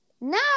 now